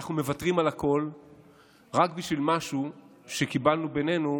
אנחנו מוותרים על הכול רק בשביל משהו שקיבלנו בינינו,